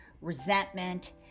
resentment